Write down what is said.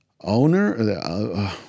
owner